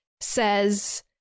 says